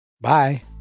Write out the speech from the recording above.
Bye